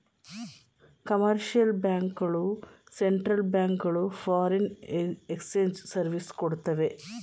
commercial bank ಗಳು central bank ಗಳು foreign exchange service ಕೊಡ್ತವೆ